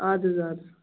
اَدٕ حظ اَدٕ حظ